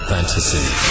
Fantasy